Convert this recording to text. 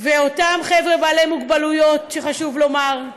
ואותם חבר'ה בעלי מוגבלויות, שחשוב לומר,